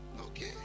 Okay